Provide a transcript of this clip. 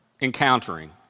encountering